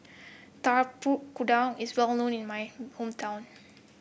Tapak Kuda is well known in my hometown